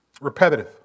repetitive